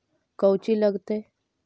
कौची लगतय?